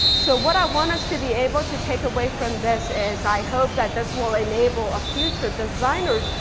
so what i want us to be able to take away from this is, i hope that this will enable a future designers.